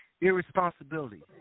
irresponsibility